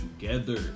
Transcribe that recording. together